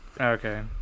Okay